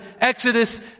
exodus